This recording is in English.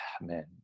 man